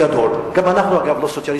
גם אנחנו, אגב, לא סוציאליסטים גדולים.